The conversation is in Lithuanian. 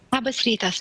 labas rytas